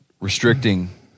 restricting